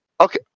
okay